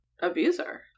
abuser